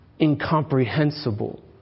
incomprehensible